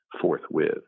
forthwith